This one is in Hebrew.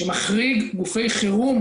שמחריג גופי חירום,